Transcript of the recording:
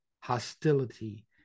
hostility